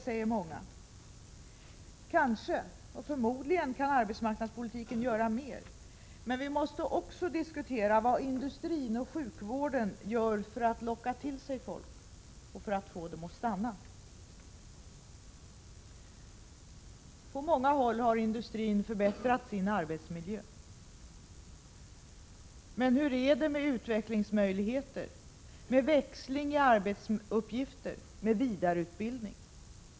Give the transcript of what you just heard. frågar många. Kanske — och förmodligen — kan arbetsmarknadspolitiken göra mer. Men vi måste också diskutera vad Prot. 1986/87:94 industrin och sjukvården gör för att locka till sig människor och få dem att 25 mars 1987 stanna. På många håll har industrin förbättrat sin arbetsmiljö. Men hur är det med utvecklingsmöjligheter, med växling i arbetsuppgifter, med vidareutbildning?